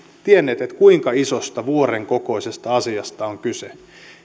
tienneet kuinka isosta vuoren kokoisesta asiasta on kyse